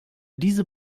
diese